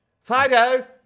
Fido